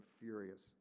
furious